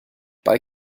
bei